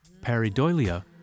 Paridolia